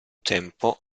tempo